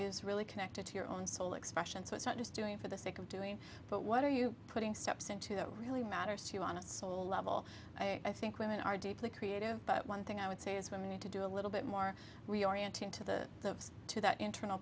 is really connected to your own soul expression so it's not just doing it for the sake of doing but what are you putting steps into that really matters to you on a soul level i think women are deeply creative but one thing i would say is women need to do a little bit more reorienting to the to that internal